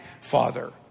father